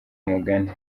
umugani